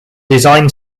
design